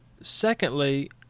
Secondly